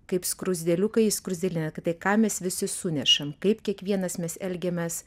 kaip skruzdėliukai skruzdėlyne tai ką mes visi sunešam kaip kiekvienas mes elgiamės